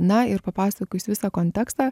na ir papasakojus visą kontekstą